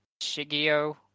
Shigio